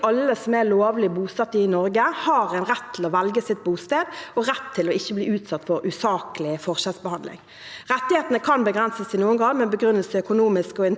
alle som er lovlig bosatt i Norge, har rett til å velge sitt bosted og rett til ikke å bli utsatt for usaklig forskjellsbehandling. Rettighetene kan begrenses i noen grad, med begrunnelse i økonomiske og integreringsmessige